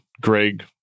Greg